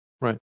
Right